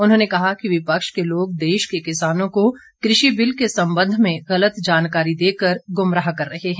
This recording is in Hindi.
उन्होंने कहा कि विपक्ष के लोग देश के किसानों को कृषि बिल के सम्बन्ध में गलत जानकारी देकर गुमराह कर रहे है